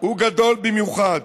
גדולים במיוחד.